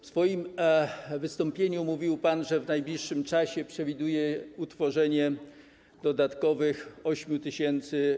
W swoim wystąpieniu mówił pan, że w najbliższym czasie przewiduje utworzenie dodatkowych 8 tys.